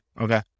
okay